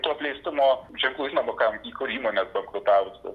to apleistumo ženklų žinoma kam į kur įmonės bankrutavusios